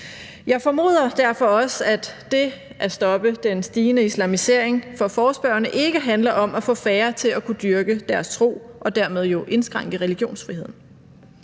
Jeg formoder derfor også, at det at stoppe den stigende islamisering for forespørgerne ikke handler om at få færre til at kunne dyrke deres tro og dermed jo indskrænke religionsfriheden.